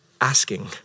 asking